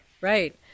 right